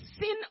sin